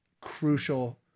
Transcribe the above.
Crucial